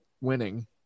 winning